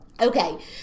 Okay